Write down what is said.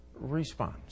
response